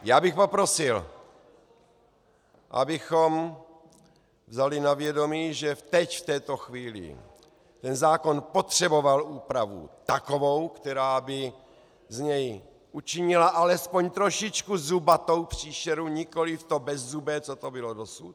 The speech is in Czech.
Já bych poprosil, abychom vzali na vědomí, že teď, v této chvíli, ten zákon potřeboval úpravu takovou, která by z něj učinila alespoň trošičku zubatou příšeru, nikoli to bezzubé, co tady bylo dosud.